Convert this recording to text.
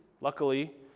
luckily